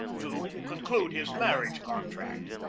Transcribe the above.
to conclude his marriage con tract.